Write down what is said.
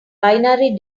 binary